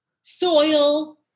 soil